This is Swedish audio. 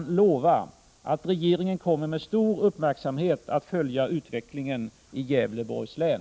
Jag lovar att regeringen med stor uppmärksamhet kommer att följa utvecklingen i Gävleborgs län.